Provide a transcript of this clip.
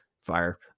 fire